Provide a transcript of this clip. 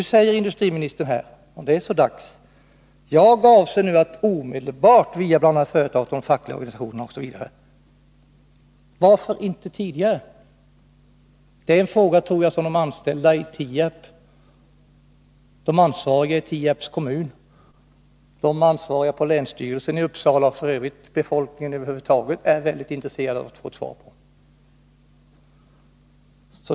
I dag säger industriministern — men det är så dags: ”Jag avser nu att omedelbart ——-.” Jag frågar: Varför inte tidigare? Det är en fråga som jag tror att de anställda i Tierp, de ansvariga i Tierps kommun och de ansvariga på länsstyrelsen i Uppsala län samt befolkningen över huvud taget är mycket intresserade av att få svar på.